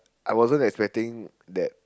I wasn't expecting that